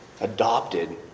adopted